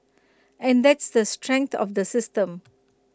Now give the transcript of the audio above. and that's the strength of the system